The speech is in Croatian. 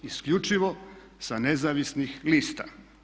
Isključivo sa nezavisnih lista.